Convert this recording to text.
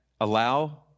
Allow